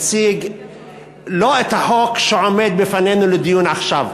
לא הציג את החוק שעומד בפניו לדיון עכשיו.